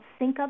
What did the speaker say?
SyncUp